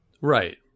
Right